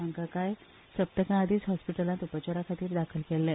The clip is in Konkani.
तांकां कांय सप्तकां आदींच हॉस्पिटलांत उपचारा खातीर दाखल केल्ले